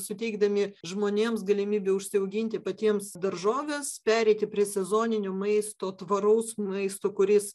suteikdami žmonėms galimybę užsiauginti patiems daržoves pereiti prie sezoninio maisto tvaraus maisto kuris